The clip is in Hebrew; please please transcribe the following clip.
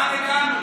הם לא יודעים.